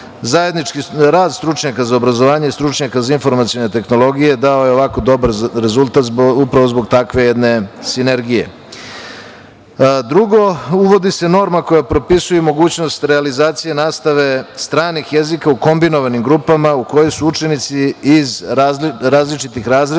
Zajednički rad stručnjaka za obrazovanje i stručnjaka za informacione tehnologije dao je ovako dobar rezultat zbog takve jedne sinergije. Drugo, uvodi se norma koja propisuje i mogućnost realizacije nastave stranih jezika u kombinovanim grupama u kojima su učenici iz različitih razreda.